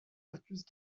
mercus